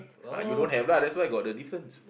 ah you don't have lah that's why got the difference